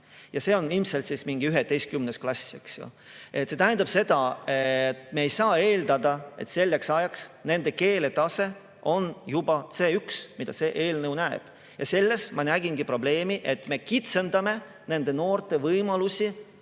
Ja see on ilmselt siis mingi 11. klass, eks ju. See tähendab seda, et me ei saa eeldada, et selleks ajaks nende keeletase on juba C1, mida see eelnõu ette näeb. Ja selles ma nägin probleemi, et me kitsendame nende noorte võimalusi